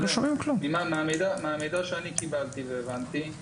מהמידע שקיבלתי והבנתי,